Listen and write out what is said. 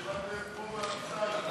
סיעת מרצ